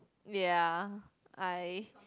ya I